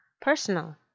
personal